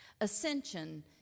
ascension